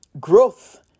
growth